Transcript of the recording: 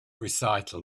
recital